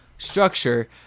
structure